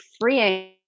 freeing